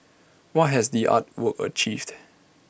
what has the art work achieved